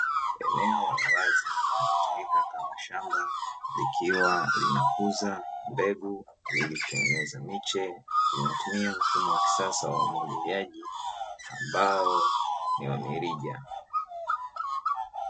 Eneo la wazi linalotumika kama shamba likiwa linakuza mbegu ili kutengeneza miche, inatumia mfumo wa kisasa wa umwagiliaji ambao ni wa milija.